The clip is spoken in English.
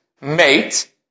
Mate